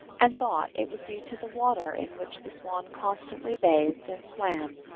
and thought it was due to the water in which the swan constantly bathed and swam.